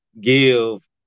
give